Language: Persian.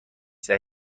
سفارش